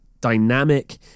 dynamic